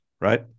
right